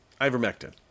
Ivermectin